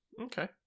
Okay